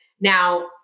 Now